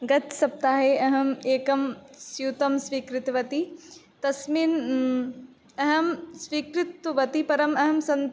गतसप्ताहे अहम् एकं स्यूतं स्वीकृतवती तस्मिन् अहं स्वीकृतवती परम् अहं सं